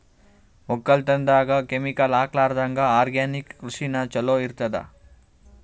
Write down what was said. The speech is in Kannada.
ಒಕ್ಕಲತನದಾಗ ಕೆಮಿಕಲ್ ಹಾಕಲಾರದಂಗ ಆರ್ಗ್ಯಾನಿಕ್ ಕೃಷಿನ ಚಲೋ ಇರತದ